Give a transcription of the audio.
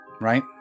right